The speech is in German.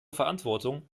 verantwortung